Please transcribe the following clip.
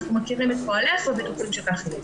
אנחנו מכירים את פועלך ובטוחים שכך יהיה.